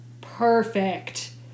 perfect